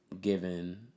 given